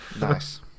Nice